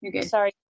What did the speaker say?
sorry